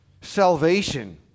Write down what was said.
salvation